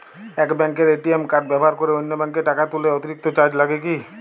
এক ব্যাঙ্কের ATM card ব্যবহার করে অন্য ব্যঙ্কে টাকা তুললে অতিরিক্ত চার্জ লাগে কি?